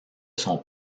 son